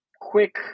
Quick